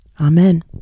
amen